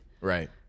right